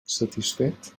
satisfet